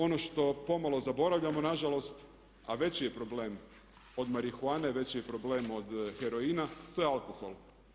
Ono što pomalo zaboravljamo na žalost a veći je problem od marihuane, veći je problem od heroina to je alkohol.